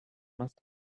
must